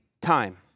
time